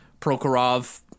Prokhorov